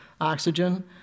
oxygen